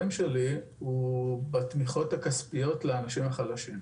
שלי הוא בתמיכות הכספיות לאנשים החלשים.